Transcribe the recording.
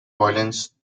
violence